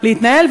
להתנהל,